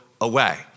away